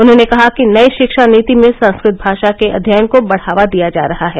उन्होंने कहा कि नई शिक्षा नीति में संस्कृत भाषा के अध्ययन को बढ़ावा दिया जा रहा है